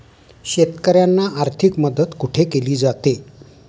शेतकऱ्यांना आर्थिक मदत कुठे केली जाते?